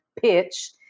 pitch